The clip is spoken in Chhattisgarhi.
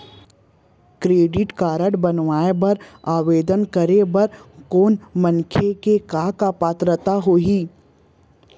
क्रेडिट कारड बनवाए बर आवेदन करे बर कोनो मनखे के का पात्रता होही?